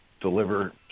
deliver